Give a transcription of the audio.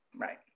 Right